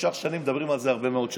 נמשך שנים, מדברים על זה הרבה מאוד שנים,